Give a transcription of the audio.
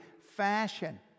fashion